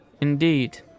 Indeed